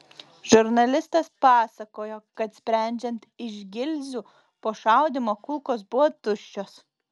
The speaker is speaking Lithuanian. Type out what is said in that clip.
žurnalistas pasakojo kad sprendžiant iš gilzių po šaudymo kulkos buvo tuščios